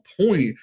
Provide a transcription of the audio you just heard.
point